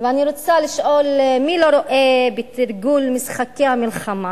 אני רוצה לשאול, מי לא רואה בתרגול משחקי המלחמה